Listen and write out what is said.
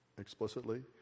explicitly